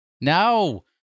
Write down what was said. No